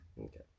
okay